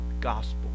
gospel